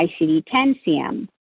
ICD-10-CM